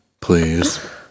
Please